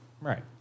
Right